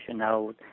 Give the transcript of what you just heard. out